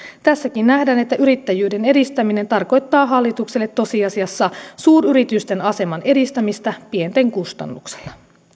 tässäkin nähdään että yrittäjyyden edistäminen tarkoittaa hallitukselle tosiasiassa suuryritysten aseman edistämistä pienten kustannuksella